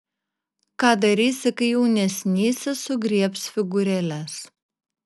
ką darysi kai jaunesnysis sugriebs figūrėles